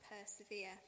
persevere